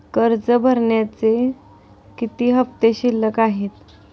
कर्ज भरण्याचे किती हफ्ते शिल्लक आहेत?